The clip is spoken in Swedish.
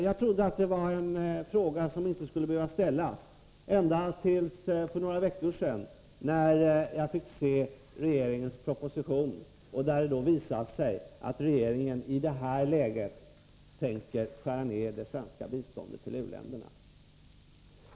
Jag trodde att det var en fråga som inte skulle behöva ställas, ända tills för några veckor sedan när jag fick se regeringens proposition, där det visar sig att regeringen i detta läge tänker skära ner det svenska biståndet till u-länderna.